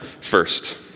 first